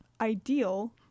ideal